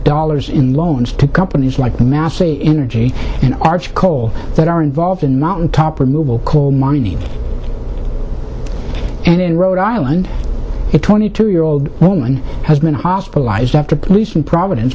dollars in loans to companies like the massey energy and arch coal that are involved in mountaintop removal call mining and in rhode island it twenty two year old woman has been hospitalized after police in providence